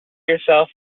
yourself